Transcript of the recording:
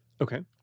Okay